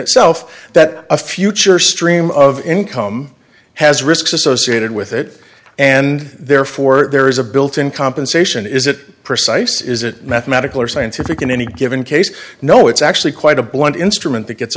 itself that a future stream of income has risks associated with it and therefore there is a built in compensation is that precise is it mathematical or scientific in any given case no it's actually quite a blunt instrument that gets